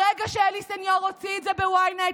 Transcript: ברגע שאלי סניור הוציא את זה ב-ynet,